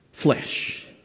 flesh